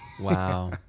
Wow